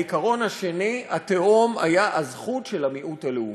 העיקרון השני, התאום, היה הזכות של המיעוט הלאומי.